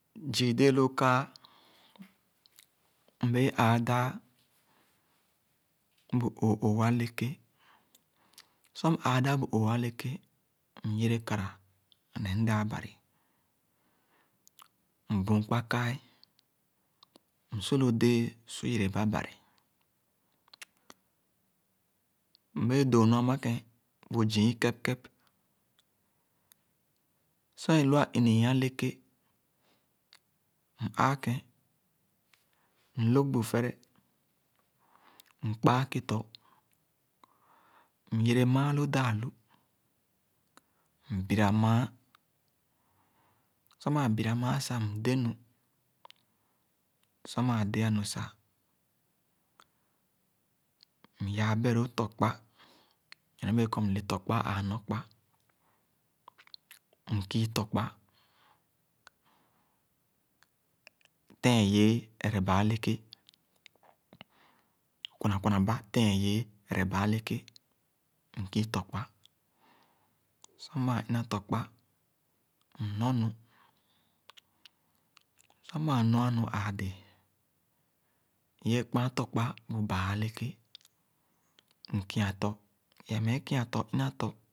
Zii déé loo kaa, mbee aa dãã bu ooh-ooh eleke. Sor m-ãã bu ooh-ooh eleké myere kara sah ne mdaa bari. Mbüün kpa kaa, msu lo déé sah yereba bari. Mbẽẽ doo nu- amake bu zii ikep-ke. Sor mãã bira mããn, mde-nu. Sor maa dea-nu sah m-yaa beh-loo tɔkpa nyorne béé kɔr mle tɔkpa ãã nɔkpa, mkii tɔkpa tẽẽn yee ereba eleké, kwuna kwunaba tẽẽn yee ereba eleké, mkii tókpa. Sor maa ina tɔkpa m-nɔrnu. Sor mãã nɔa-nu ãã dẽẽ, iye-e kpããn tɔkpa bu baa-eleké, mkiato, lee mẽe kiatɔ ina tɔ